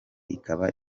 ikaba